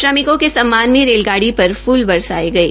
श्रमिकों के सम्मान में रेलगाड़ी र फूल बरसाये गये